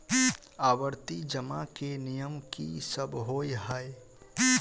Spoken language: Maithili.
आवर्ती जमा केँ नियम की सब होइ है?